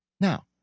Now